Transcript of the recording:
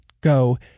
go